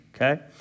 Okay